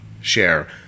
share